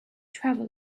travel